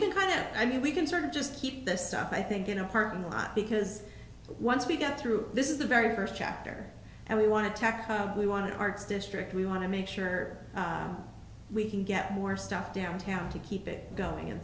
can kind of i mean we can sort of just keep this up i think in a parking lot because once we get through this is the very first chapter and we want to tack we want to arts district we want to make sure we can get more stuff downtown to keep it going and